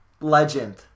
Legend